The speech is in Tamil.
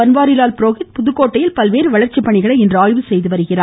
பன்வாரிலால் புரோஹித் புதுக்கோட்டையில் பல்வேறு வளர்ச்சி பணிகளை இன்று ஆய்வு செய்து வருகிறார்